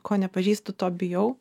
ko nepažįstu to bijau